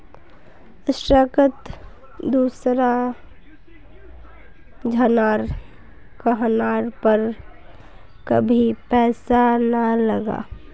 स्टॉकत दूसरा झनार कहनार पर कभी पैसा ना लगा